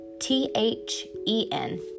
T-H-E-N